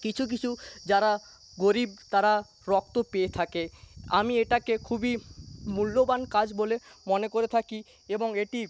কিছু কিছু যারা গরীব তারা রক্ত পেয়ে থাকে আমি এটাকে খুবই মূল্যবান কাজ বলে মনে করে থাকি এবং এটি